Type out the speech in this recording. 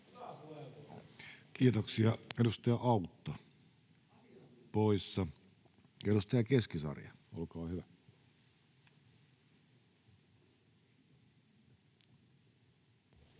Kiitoksia. — Edustaja Autto poissa. — Edustaja Keskisarja, olkaa hyvä.